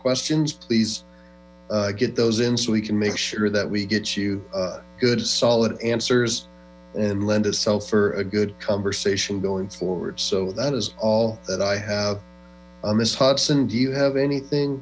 questions please get those in so we can make sure that we get you good solid answers and lend sell fr a good conversation going forward so that is all that i have miss hudson do you have anything